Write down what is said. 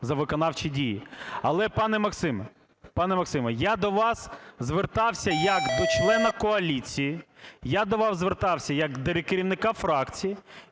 за виконавчі дії. Але, пане Максим, пане Максиме, я до вас звертався як до члена коаліції, я до вас звертався як до керівника фракції